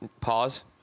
pause